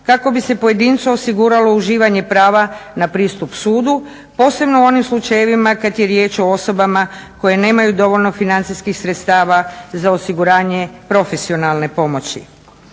kako bi se pojedincu osiguralo uživanje prava na pristup sudu, posebno u onim slučajevima kad je riječ o osobama koje nemaju dovoljno financijskih sredstava za osiguranje profesionalne pomoći.